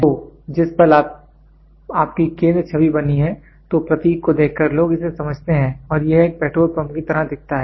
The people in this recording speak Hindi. तो जिस पल आपकी केंद्र छवि बनी है तो प्रतीक को देखकर लोग इसे समझते हैं और यह एक पेट्रोल पंप की तरह दिखता हैं